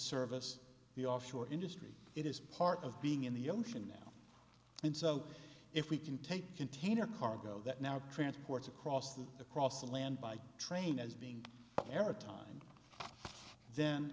service the offshore industry it is part of being in the ocean now and so if we can take container cargo that now transports across the across the land by train as being air time